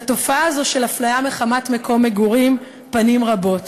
לתופעה הזאת של אפליה מחמת מקום מגורים פנים רבות.